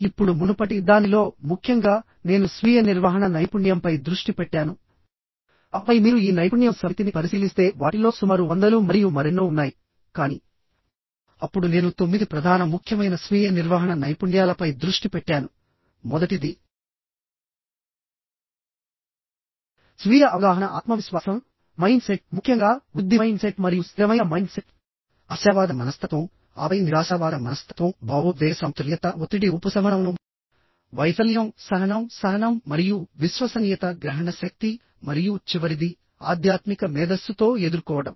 ఇప్పుడు మునుపటి దానిలో ముఖ్యంగా నేను స్వీయ నిర్వహణ నైపుణ్యంపై దృష్టి పెట్టాను ఆపై మీరు ఈ నైపుణ్యం సమితిని పరిశీలిస్తే వాటిలో సుమారు 100 లు మరియు మరెన్నో ఉన్నాయి కానీ అప్పుడు నేను 9 ప్రధాన ముఖ్యమైన స్వీయ నిర్వహణ నైపుణ్యాలపై దృష్టి పెట్టాను మొదటిది స్వీయ అవగాహన ఆత్మవిశ్వాసం మైండ్ సెట్ ముఖ్యంగా వృద్ధి మైండ్ సెట్ మరియు స్థిరమైన మైండ్ సెట్ ఆశావాద మనస్తత్వం ఆపై నిరాశావాద మనస్తత్వం భావోద్వేగ సమతుల్యత ఒత్తిడి ఉపశమనం వైఫల్యం సహనం సహనం మరియు విశ్వసనీయత గ్రహణశక్తి మరియు చివరిది ఆధ్యాత్మిక మేధస్సుతో ఎదుర్కోవడం